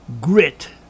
grit